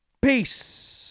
Peace